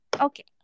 Okay